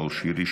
נאור שירי,